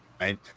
Right